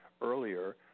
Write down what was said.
earlier